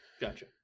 gotcha